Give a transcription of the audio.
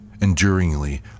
enduringly